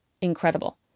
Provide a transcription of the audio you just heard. incredible